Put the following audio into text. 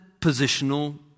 positional